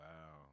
Wow